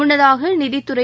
முன்னதாக நிதித்துறை